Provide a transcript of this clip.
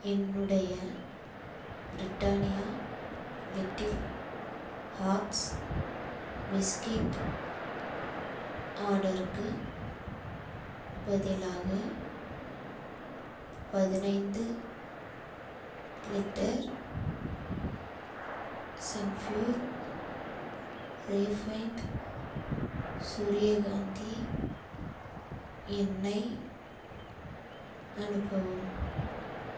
என்னுடைய Britannia little hearts biscuit ஆர்டருக்கு பதிலாக பதினைந்து லிட்டர் சன்ஃப்யூர் ரீஃபைண்ட் சூரியகாந்தி எண்ணெய் அனுப்பவும்